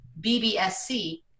BBSC